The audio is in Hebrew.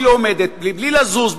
שעומדת בלי לזוז,